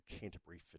Canterbury